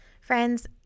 friends